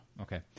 Okay